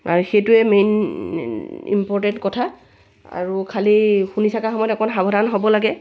আৰু সেইটোৱে main important কথা আৰু খালি শুনি থকা সময়ত অকণ সাৱধান হ'ব লাগে